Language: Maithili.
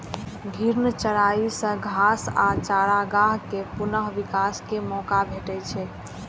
घूर्णी चराइ सं घास आ चारागाह कें पुनः विकास के मौका भेटै छै